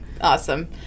awesome